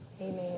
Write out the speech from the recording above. Amen